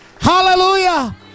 Hallelujah